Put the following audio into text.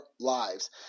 lives